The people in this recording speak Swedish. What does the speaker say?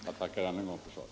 Jag tackar än en gång för svaret.